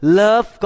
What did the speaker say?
love